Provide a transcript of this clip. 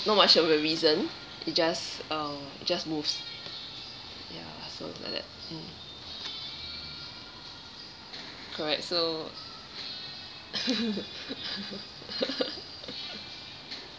not much of a reason it just uh it just moves ya something like that correct so